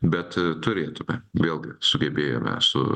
bet turėtumėme vėlgi sugebėjome su